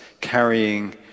carrying